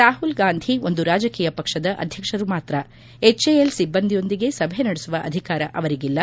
ರಾಹುಲ್ ಗಾಂಧಿ ಒಂದು ರಾಜಕೀಯ ಪಕ್ಷದ ಅಧ್ಯಕ್ಷರು ಮಾತ್ರ ಎಚ್ಎಎಲ್ ಸಿಬ್ಬಂದಿಯೊಂದಿಗೆ ಸಭೆ ನಡೆಸುವ ಅಧಿಕಾರ ಅವರಿಗಿಲ್ಲ